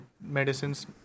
medicines